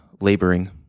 laboring